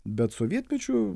bet sovietmečiu